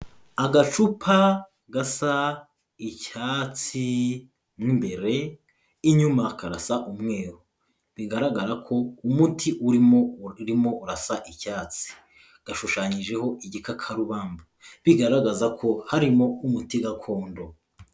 Agacupa gasa icyatsi mo imbere, inyuma karasa umweru, bigaragara ko umuti urimo urasa icyatsi, gashushanyijeho igikakarubamba, bigaragaza ko harimo umuti gakondo.